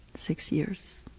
six years.